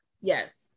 Yes